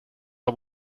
are